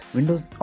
Windows